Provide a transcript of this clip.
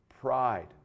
Pride